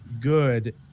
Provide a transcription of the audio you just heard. good